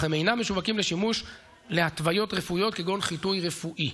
אך הם אינם משווקים לשימוש להתוויות רפואיות כגון חיטוי רפואי.